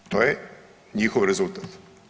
To je njihov rezultat.